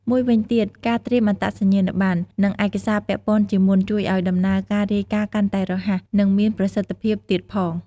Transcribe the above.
មួយវិញទៀត ការត្រៀមអត្តសញ្ញាណប័ណ្ណ និងឯកសារពាក់ព័ន្ធជាមុន ជួយឲ្យដំណើរការរាយការណ៍កាន់តែរហ័ស និងមានប្រសិទ្ធភាពទៀតផង។